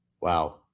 Wow